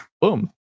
boom